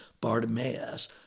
Bartimaeus